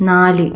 നാല്